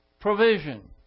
provision